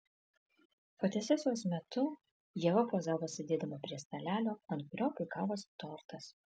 fotosesijos metu ieva pozavo sėdėdama prie stalelio ant kurio puikavosi tortas